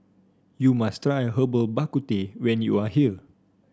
you must try Herbal Bak Ku Teh when you are here